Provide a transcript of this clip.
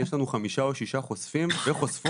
יש לנו חמישה או שישה חושפים וחושפות